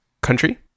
country